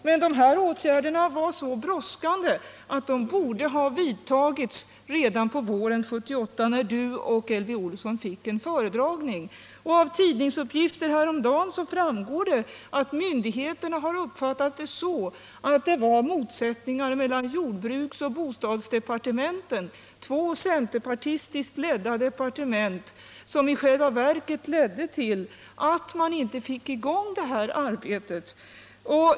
Men de här åtgärderna var så brådskande att de borde ha vidtagits redan på våren 1978 när Anders Dahlgren och Elvy Olsson fick en föredragning och varningar från flera håll. Av tidningsuppgifter häromdagen framgår att myndigheterna har uppfattat det så, att det var motsättningar mellan jordbruksoch bostadsdepartementen — två centerpartistiskt ledda departement — som i själva verket ledde till att man inte fick i gång detta arbete.